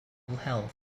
health